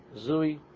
Zui